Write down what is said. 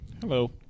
Hello